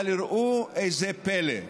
אבל ראו זה פלא: